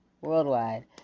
Worldwide